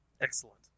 Excellent